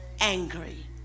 angry